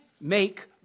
make